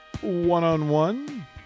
one-on-one